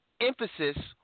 Emphasis